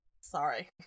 Sorry